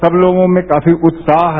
सब लोगों में काफी उत्साह है